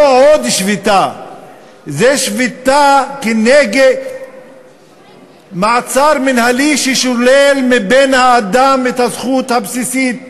זו שביתה כנגד מעצר מינהלי ששולל מהבן-אדם את הזכות הבסיסית